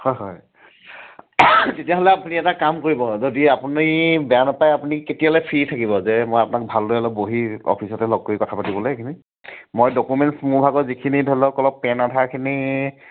হয় হয় তেতিয়াহ'লে আপুনি এটা কাম কৰিব যদি আপুনি বেয়া নাপায় আপুনি কেতিয়ালৈ ফ্ৰী থাকিব যে মই আপোনাক ভালদৰে অলপ বহি অফিচতে লগ কৰি কথা পাতিবলৈ এইখিনি মই ডকুমেণ্টছ মোৰ ভাগত যিখিনি ধৰি লওক অলপ পেন আধাৰখিনি